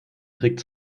trick